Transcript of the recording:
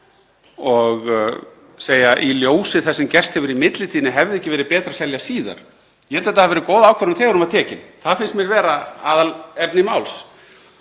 og segja: Í ljósi þess sem gerst hefur í millitíðinni hefði ekki verið betra að selja síðar? Ég held að þetta hafi verið góð ákvörðun þegar hún var tekin. Það finnst mér vera aðalefni máls.